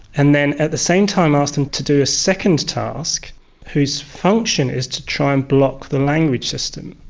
and then at the same time ask them to do a second task whose function is to try and block the language system.